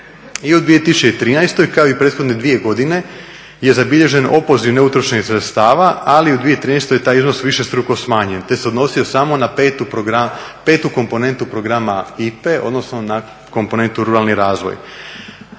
I u 2013.kao i prethodne dvije godine je zabilježen opoziv neutrošenih sredstava, ali u 2013.je taj iznos višestruko smanjen te se odnosio samo na petu komponentu programa IPA-e odnosno na komponentu Ruralni razvoj.